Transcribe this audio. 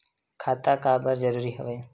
खाता का बर जरूरी हवे?